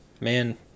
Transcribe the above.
man